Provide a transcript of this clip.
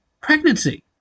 pregnancy